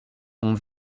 sont